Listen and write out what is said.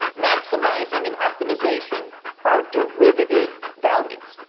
maximizing and optimization are derivative values,